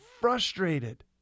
frustrated